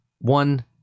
one